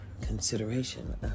consideration